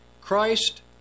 Christ